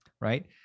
right